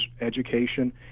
education